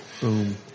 Boom